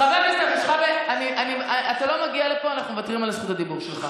חצי שעה נתנה לך להשמיץ אותה.